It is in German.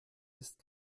ist